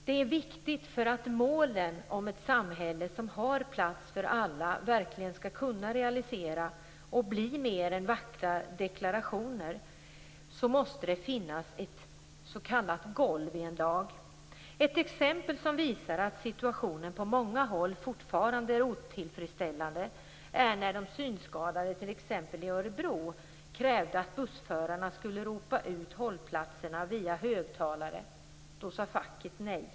Det är viktigt för att målen om ett samhälle som har plats för alla verkligen skall kunna realiseras och bli mer än vackra deklarationer. Det måste finnas ett s.k. golv i en lag. Ett exempel som visar att situationen på många håll fortfarande är otillfredsställande är när de synskadade i Örebro krävde att bussförarna skulle ropa ut hållplatserna via högtalare. Då sade facket nej.